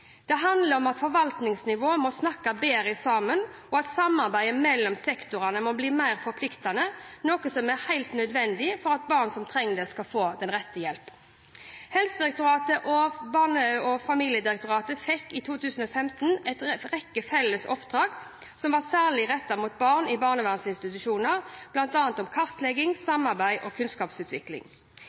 Det handler om at forvaltningsnivåer må snakke bedre sammen, og at samarbeidet mellom sektorene må bli mer forpliktende – noe som er helt nødvendig for at barn som trenger det, skal få den rette hjelpen. Helsedirektoratet og Barne-, ungdoms- og familiedirektoratet fikk i 2015 en rekke felles oppdrag som var særlig rettet mot barn i barnevernsinstitusjoner, bl.a. om kartlegging, samarbeid og kunnskapsutvikling.